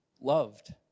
loved